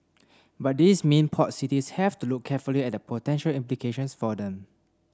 but these mean port cities have to look carefully at the potential implications for them